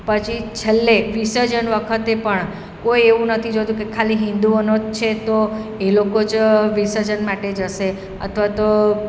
પછી છેલ્લે વિસર્જન વખતે પણ કોઈ એવું નથી જોતું કે ખાલી હિન્દુઓનો જ છે તો એ લોકો જ વિસર્જન માટે જશે અથવા તો